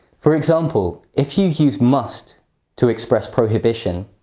for example, if you use must to express prohibition,